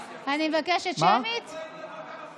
חבר הכנסת סגן השר אביר קארה: תגיע,